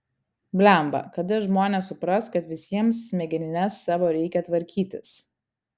blemba kada žmonės supras kad visiems smegenines savo reikia tvarkytis